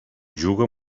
juga